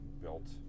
built